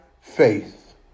faith